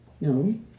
No